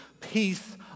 Peace